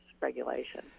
regulation